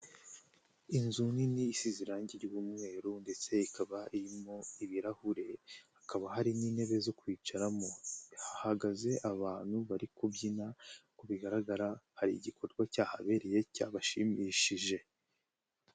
Inzu nini isize irangi ry'umweru ndetse ikaba irimo ibirahure hakaba hari n'intebe zo kwicaramo, hahagaze abantu bari kubyina uko bigaragara hari igikorwa cyahabereye cyabashimishije.